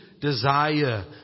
desire